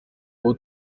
uwo